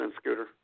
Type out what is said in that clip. Scooter